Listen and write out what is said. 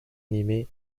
animé